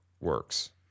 works